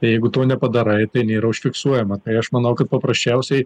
jeigu to nepadarai tai nėra užfiksuojama tai aš manau kad paprasčiausiai